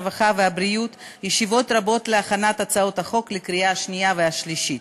הרווחה והבריאות ישיבות רבות להכנת הצעת החוק לקריאה שנייה ושלישית.